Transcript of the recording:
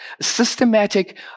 systematic